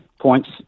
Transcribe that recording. points